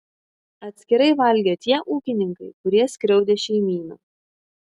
atskirai valgė tie ūkininkai kurie skriaudė šeimyną